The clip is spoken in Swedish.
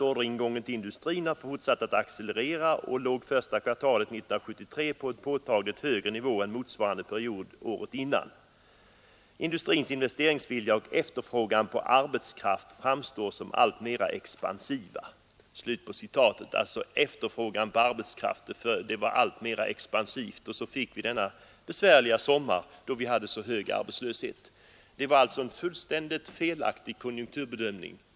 Orderingången till industrin har fortsatt att accelerera och låg första kvartalet 1973 på en påtagligt högre nivå än motsvarande period året innan. Industrins investeringsvilja och efterfrågan på arbetskraft framstår som alltmera expansiva.” Efterfrågan på arbetskraft framstod alltså som ”alltmera expansiv” — och så fick vi denna besvärliga sommar, då vi hade så hög arbetslöshet. Det var således en fullständigt felaktig konjunkturbedömning.